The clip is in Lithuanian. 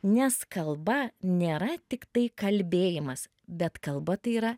nes kalba nėra tiktai kalbėjimas bet kalba tai yra